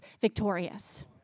victorious